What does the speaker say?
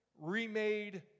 remade